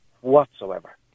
whatsoever